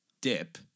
dip